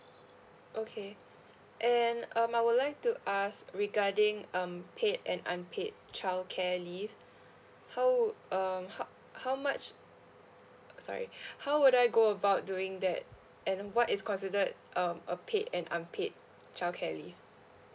okay and um I would like to ask regarding um paid and unpaid childcare leave how uh how how much uh sorry how would I go about doing that and what is considered um a paid and unpaid childcare leave